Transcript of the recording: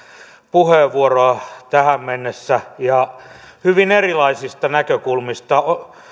puheenvuoroa tähän mennessä ja hyvin erilaisista näkökulmista